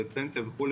פנסיה וכו',